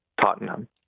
Tottenham